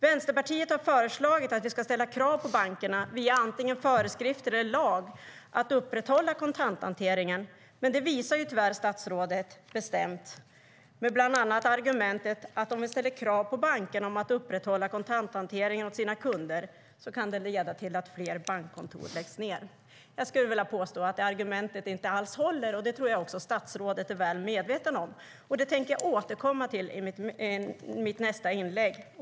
Vänsterpartiet har föreslagit att vi ska ställa krav på bankerna via antingen föreskrifter eller en lag om att upprätthålla kontanthanteringen, men tyvärr avvisar statsrådet detta med bland annat argumentet att det kan leda till att fler bankkontor läggs ned om vi ställer krav på bankerna att upprätthålla kontanthanteringen åt sina kunder. Jag skulle vilja påstå att det argumentet inte alls håller, och det tror jag att statsrådet är väl medveten om. Jag tänker återkomma till det i mitt nästa inlägg.